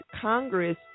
Congress